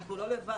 אנחנו לא לבד.